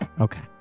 Okay